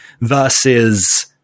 versus